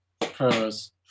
pros